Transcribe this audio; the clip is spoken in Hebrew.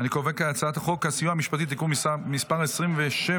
אני קובע כי הצעת החוק הסיוע המשפטי (תיקון מס' 27,